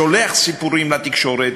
שולח סיפורים לתקשורת,